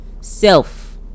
Self